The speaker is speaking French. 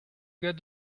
gars